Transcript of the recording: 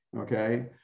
okay